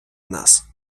нас